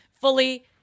Fully